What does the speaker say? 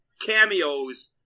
cameos